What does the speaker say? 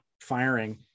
firing